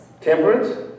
Temperance